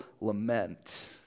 lament